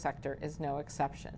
sector is no exception